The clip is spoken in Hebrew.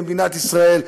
במדינת ישראל,